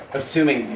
assuming,